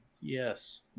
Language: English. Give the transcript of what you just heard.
yes